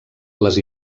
les